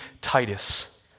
Titus